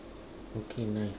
okay nice